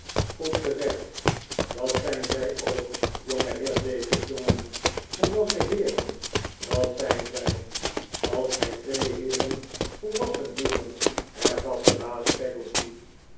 goed gezegd dat zijn zij ook jongeheer david jongen volwassen heeren dat zijn zij als gij twee heeren volwassen heeren hervatte baas